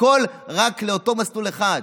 הכול רק לאותו מסלול אחד.